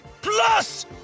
PLUS